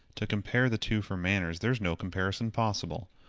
to compare the two for manners, there's no comparison possible.